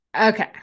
Okay